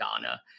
ghana